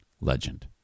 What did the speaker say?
legend